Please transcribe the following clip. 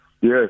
Yes